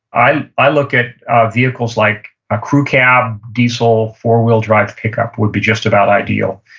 i i look at vehicles like a crew cab, diesel, four-wheel drive pickup would be just about ideal.